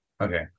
Okay